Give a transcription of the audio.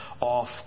off